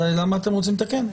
למה אתם רוצים לתקן?